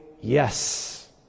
yes